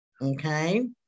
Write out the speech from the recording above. okay